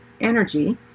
energy